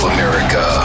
America